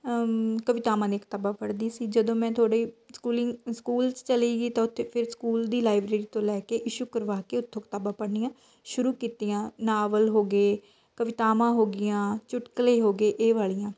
ਕਵਿਤਾਵਾਂ ਦੀਆਂ ਕਿਤਾਬਾਂ ਪੜ੍ਹਦੀ ਸੀ ਜਦੋਂ ਮੈਂ ਥੋੜ੍ਹੀ ਸਕੂਲ ਚਲੀ ਗਈ ਤਾਂ ਉੱਥੇ ਫਿਰ ਸਕੂਲ ਦੀ ਲਾਈਬ੍ਰੇਰੀ ਤੋਂ ਲੈ ਕੇ ਇਸ਼ੂ ਕਰਵਾ ਕੇ ਉਥੋਂ ਕਿਤਾਬਾਂ ਪੜ੍ਹਨੀਆਂ ਸ਼ੁਰੂ ਕੀਤੀਆਂ ਨਾਵਲ ਹੋ ਗਏ ਕਵਿਤਾਵਾਂ ਹੋ ਗਈਆਂ ਚੁਟਕਲੇ ਹੋ ਗਏ ਇਹ ਵਾਲ਼ੀਆਂ